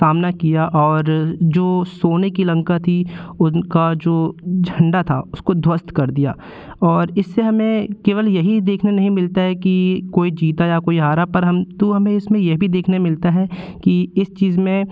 सामना किया और जो सोने की लंका थी उनका जो झंडा था उसको ध्वस्त कर दिया और इससे हमें केवल यही देखने नहीं मिलता है कि कोई जीता या कोई हारा परंतु इसमें हमें ये भी देखने मिलता है कि इस चीज़ में